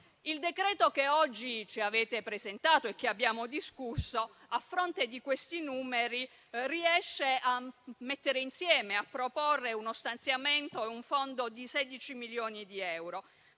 Il decreto che oggi ci avete presentato e che abbiamo discusso, a fronte di questi numeri, riesce a mettere insieme e a proporre uno stanziamento e un fondo di sedici milioni di euro.